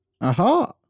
Aha